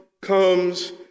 comes